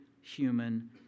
human